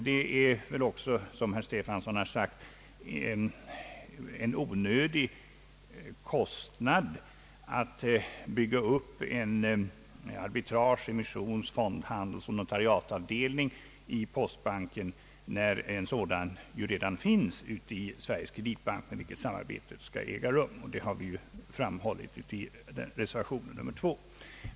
Det är också som herr Stefanson sagt en onödig kostnad att bygga upp en arbitrage-, emissions-, fondoch notariatavdelning i postbanken, när en sådan redan finns i Sveriges Kreditbank med vilken samarbetet skall äga rum. Det har vi framhållit i vår reservation nr 2.